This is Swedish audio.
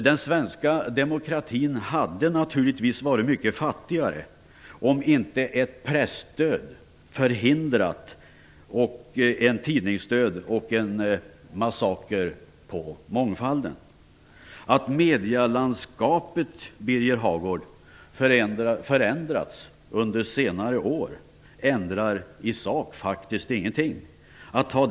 Den svenska demokratin hade naturligtvis varit mycket fattigare, om inte ett presstöd förhindrat en tidningsdöd och en massaker på mångfalden. Att medielandskapet förändrats under senare ändrar i sak faktiskt ingenting, Birger Hagård.